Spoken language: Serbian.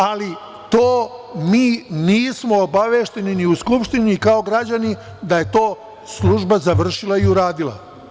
Ali, mi nismo obavešteni ni u Skupštini, ni kao građani da je to služba završila i uradila.